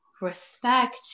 respect